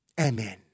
Amen